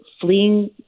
fleeing